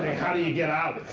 how do you get out?